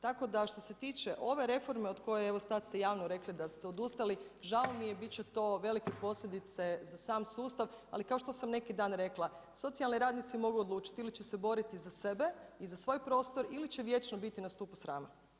Tako da što se tiče ove reforme od koje evo sad ste javno rekli da ste odustali, žao mi je, bit će to velike posljedice za sam sustav, ali kao što sam neki dan rekla, socijalni radnici mogu odlučiti, ili će se boriti za sebe i za svoj prostor ili će vječno biti na stupu srama.